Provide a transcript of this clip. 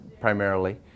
primarily